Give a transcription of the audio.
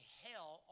hell